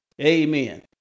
Amen